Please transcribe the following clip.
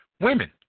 Women